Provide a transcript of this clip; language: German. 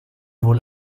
wohl